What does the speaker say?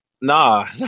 Nah